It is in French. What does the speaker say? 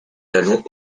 talons